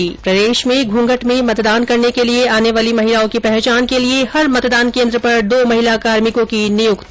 ्र प्रदेश में घूंघट में मतदान करने के लिए आने वाली महिलाओं की पहचान के लिए हर मतदान केन्द्र पर दो महिला कार्मिकों की नियुक्ति